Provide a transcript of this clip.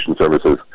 Services